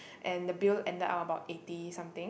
and the bill ended up about eighty something